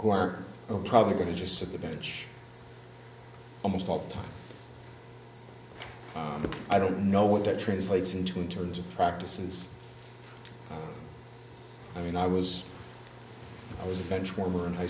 who are probably going to just sit the bench almost all the time i don't know what that translates into in terms of practices i mean i was i was a benchwarmer in high